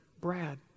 Brad